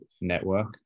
network